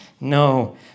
No